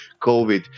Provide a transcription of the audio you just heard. covid